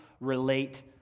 relate